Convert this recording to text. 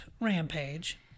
rampage